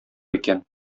икән